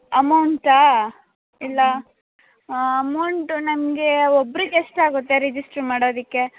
ಅಮೌಂಟಾ ಇಲ್ಲ ಅಮೌಂಟು ನಮಗೆ ಒಬ್ರಿಗೆ ಎಷ್ಟಾಗುತ್ತೆ ರಿಜಿಸ್ಟ್ರ್ ಮಾಡೋದಕ್ಕೆ